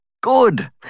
Good